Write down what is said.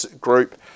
group